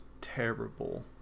terrible